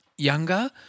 Younger